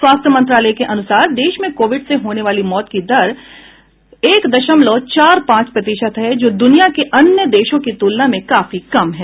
स्वास्थ्य मंत्रालय के अनुसार देश में कोविड से होने वाली मौत की दर एक दशमलव चार पांच प्रतिशत है जो दुनिया के अन्य देशों की तुलना में काफी कम है